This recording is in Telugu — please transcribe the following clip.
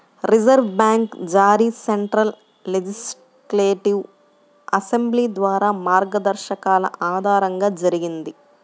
రిజర్వు బ్యాంకు జారీ సెంట్రల్ లెజిస్లేటివ్ అసెంబ్లీ ద్వారా మార్గదర్శకాల ఆధారంగా జరిగింది